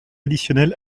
additionnel